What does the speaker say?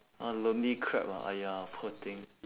a lonely crab ah !aiya! poor thing